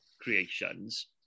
creations